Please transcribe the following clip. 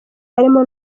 harimo